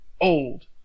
old